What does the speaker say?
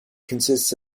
consists